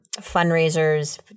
fundraisers